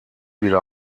wieder